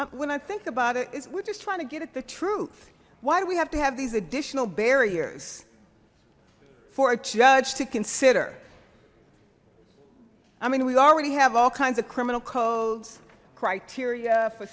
three when i think about it is we're just trying to get at the truth why do we have to have these additional barriers for a judge to consider i mean we already have all kinds of criminal codes criteria for